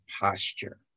posture